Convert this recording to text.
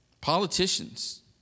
Politicians